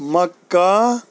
Makkah